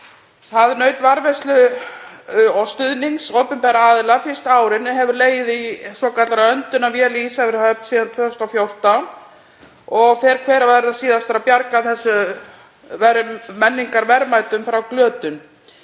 Það naut varðveislu og stuðnings opinberra aðila fyrstu árin en hefur legið í svokallaðri öndunarvél í Ísafjarðarhöfn síðan 2014 og fer hver að verða síðastur að bjarga þessu menningarverðmæti frá glötun.